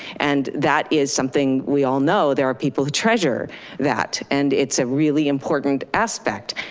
and that is something we all know there are people who treasure that. and it's a really important aspect,